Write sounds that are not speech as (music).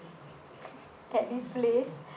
(laughs) at this place